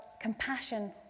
compassion